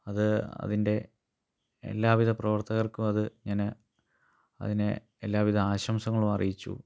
അത് അതിൻ്റെ എല്ലാവിധ പ്രവർത്തകർക്കും അത് ഞാൻ അതിനെ എല്ലാവിധ ആശംസകളും അറിയിച്ചു